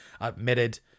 admitted